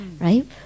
right